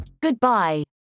Goodbye